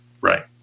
Right